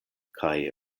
kaj